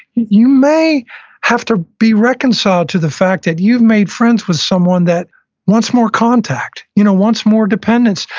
you may have to be reconciled to the fact that you made friends with someone that wants more contact, you know wants more dependence,